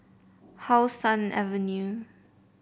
How Sun Avenue